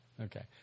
Okay